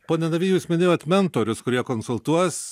pone navy jūs minėjot mentorius kurie konsultuos